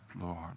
Lord